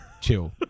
chill